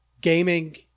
gaming